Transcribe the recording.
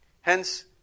Hence